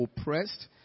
oppressed